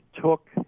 took